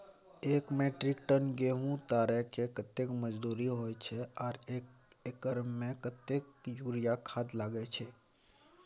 एक metric ton गेहूं उतारेके कतेक मजदूरी होय छै आर एक एकर में कतेक यूरिया खाद लागे छै?